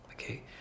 okay